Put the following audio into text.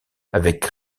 avec